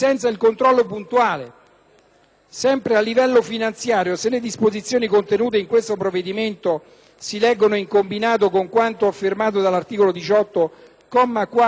Sempre a livello finanziario, se le disposizioni contenute in questo provvedimento si leggono in combinato con quanto affermato dall'articolo 18, comma